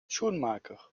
schoenmaker